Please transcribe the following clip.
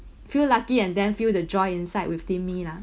feel lucky and then feel the joy inside within me lah